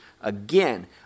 again